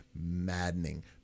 maddening